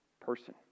person